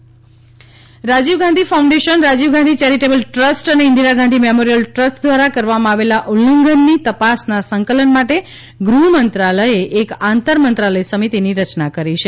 આંતર મંત્રાલય સમિતિ Rajiv Gandhi foundation Rajiv Gandhi charitable trust અને ઇન્દિરા ગાંધી મેમોરિયલ ટ્રસ્ટ દ્વારા કરવામાં આવેલા ઉલ્લંઘનની તપાસના સંકલન માટે ગૃહ્ મંત્રાલયે એક આંતરમંત્રાલય સમિતિની રચના કરી છે